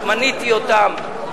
מניתי אותם,